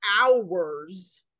hours